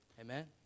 amen